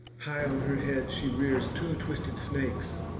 high on her head she rears two twisted snakes,